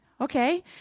Okay